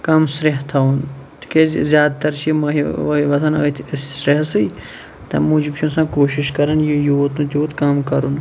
کَم سریٚہہ تھاوُن تِکیازٕ زیادٕ تَر چھِ یِم مٔہۍ ؤہۍ وُۄتھان أتھ سریٚہہ سٕے تمہِ موٗجوب چھُ اِنسان کوشِش کَران یوٗت نہٕ تیوٗت کَم کَرُن